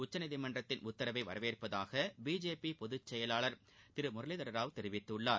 உச்சநீதிமன்றத்தின் உத்தரவை வரவேற்பதாக பிஜேபி பொதுச்செயலாளர் திரு முரளிதர ராவ் தெரிவித்துள்ளார்